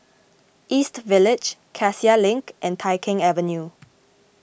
East Village Cassia Link and Tai Keng Avenue